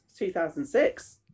2006